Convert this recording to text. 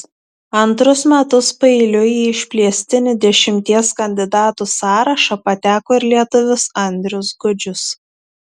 antrus metus paeiliui į išplėstinį dešimties kandidatų sąrašą pateko ir lietuvis andrius gudžius